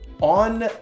On